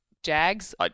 Jags